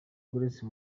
grace